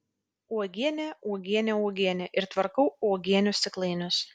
uogienė uogienė uogienė ir tvarkau uogienių stiklainius